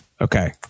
Okay